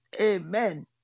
Amen